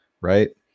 right